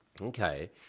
Okay